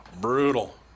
brutal